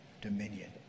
dominion